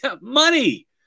Money